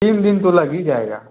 तिन दिन तो लग ही जाएगा